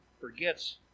forgets